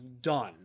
done